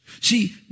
See